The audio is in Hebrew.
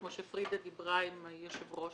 כמו שפרידה אמרה ליושב ראש